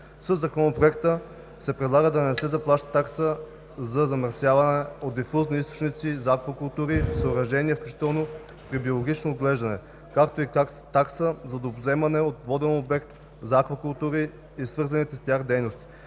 Със Законопроекта се предлага да не се заплаща такса за замърсяване от дифузни източници за аквакултури в съоръжения, включително при биологично отглеждане, както и такса за водовземане от воден обект за аквакултури и свързаните с тях дейности.